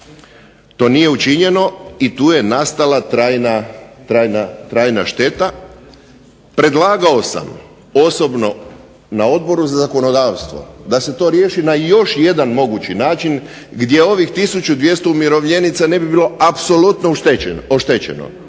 To nije učinjeno, i tu je nastala trajna šteta. Predlagao sam osobno na Odboru za zakonodavstvo da se to riješi na još jedan mogući način, gdje ovih tisuću 200 umirovljenica ne bi bilo apsolutno oštećeno.